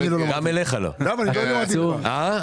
אני לא למדתי ליבה.